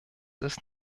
ist